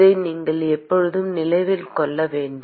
இதை நீங்கள் எப்போதும் நினைவில் கொள்ள வேண்டும்